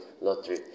lottery